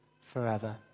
forever